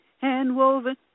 Hand-woven